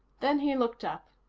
then he looked up.